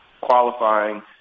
qualifying